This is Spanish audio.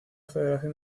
federación